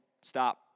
Stop